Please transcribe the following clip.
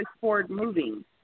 forward-moving